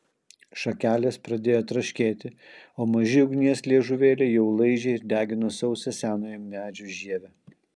šakelės pradėjo traškėti o maži ugnies liežuvėliai jau laižė ir degino sausą senojo medžio žievę